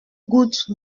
goutte